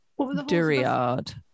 Duryard